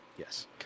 Yes